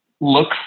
look